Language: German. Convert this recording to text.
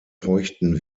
feuchten